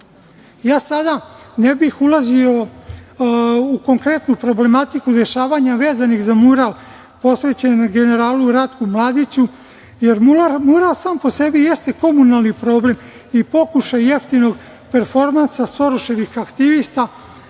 bih sada ulazio u konkretnu problematiku dešavanja vezanih za mural posvećenom generalu Ratku Mladiću, jer mural sam po sebi jeste komunalni problem i pokušaj jeftinog performansa Soroševih aktivista,